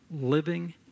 living